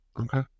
Okay